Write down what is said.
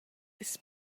this